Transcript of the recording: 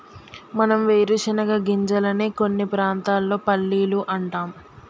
మనం వేరుశనగ గింజలనే కొన్ని ప్రాంతాల్లో పల్లీలు అంటాం